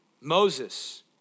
Moses